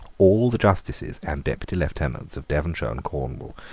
all the justices and deputy lieutenants of devonshire and cornwall,